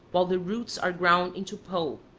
while the roots are ground into pulp,